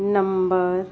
number